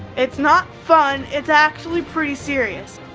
it's not fun, it's actually pretty serious.